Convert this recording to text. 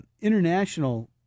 international